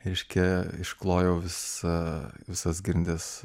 reiškia išklojau visą visas grindis